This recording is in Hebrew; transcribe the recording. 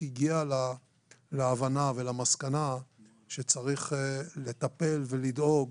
הגיעה להבנה ולמסקנה שצריך לטפל ולדאוג